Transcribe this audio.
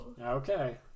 Okay